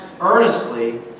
earnestly